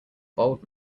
bald